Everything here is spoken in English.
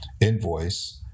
invoice